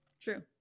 True